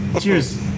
Cheers